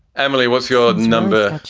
emily, what's your number?